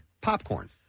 Popcorn